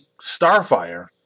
Starfire